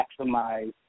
maximize